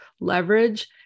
leverage